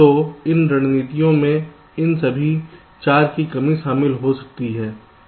तो इन रणनीतियों में इस सभी 4 की कमी शामिल हो सकती है